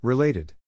Related